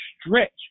stretch